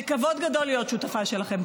זה כבוד גדול להיות שותפה שלכם.